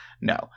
No